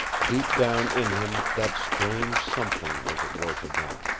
deep down in him that strange something was at work again,